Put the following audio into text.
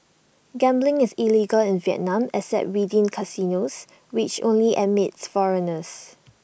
gambling is illegal in Vietnam except within casinos which only admit foreigners